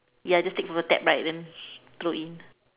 ya just take the tap right then go in